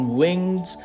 wings